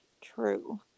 True